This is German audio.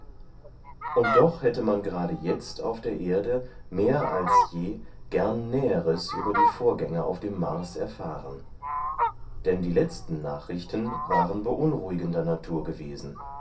und doch hätte man gerade jetzt auf der erde mehr als je gern näheres über die vorgänge auf dem mars erfahren denn die letzten nachrichten waren beunruhigender natur gewesen